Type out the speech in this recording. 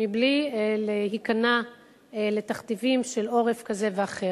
מבלי להיכנע לתכתיבים של עורף כזה ואחר.